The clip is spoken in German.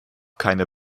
keine